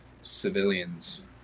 civilians